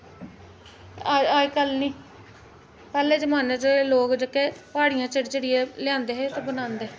अज्ज कल नेईं पैह्ले जमान्ने च लोक जेह्के प्हाड़ियां चढ़ी चढ़ियै ले आंदे हे ते बनांदे हे